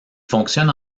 fonctionne